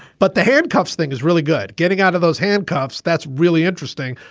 but the handcuffs thing is really good getting out of those handcuffs. that's really interesting.